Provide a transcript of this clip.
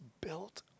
built